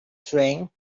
strength